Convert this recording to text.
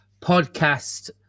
podcast